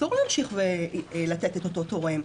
אסור להמשיך ולתת את אותו תורם.